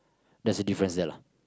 that's a difference there lah